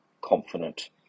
confident